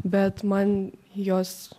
bet man jos